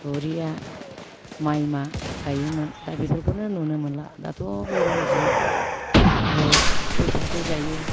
दुरिया माइमा गायोमोन दा बेफोरखौनो नुनो मोनला दाथ' बे रन्जित आरो फुलफाख्रि गायो